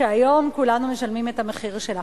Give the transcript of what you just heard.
שהיום כולנו משלמים את המחיר שלה.